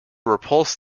repulsed